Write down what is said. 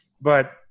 but-